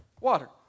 water